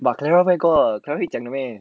but clara where got clara 会讲 meh